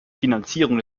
finanzierung